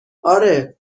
آره